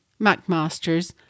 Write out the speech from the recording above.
MacMasters